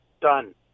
done